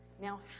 Now